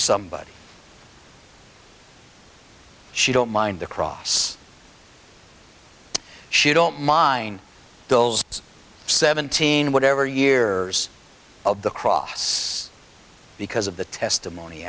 somebody she don't mind the cross she don't mind bill's seventeen whatever years of the cross because of the testimony